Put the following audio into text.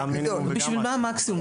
בשביל מה המקסימום?